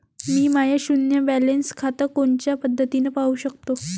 मी माय शुन्य बॅलन्स खातं कोनच्या पद्धतीनं पाहू शकतो?